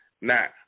Now